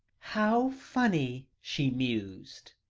how funny, she mused,